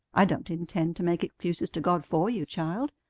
i don't intend to make excuses to god for you, child.